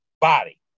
body